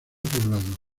poblado